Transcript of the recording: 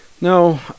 No